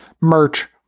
merch